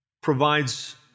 provides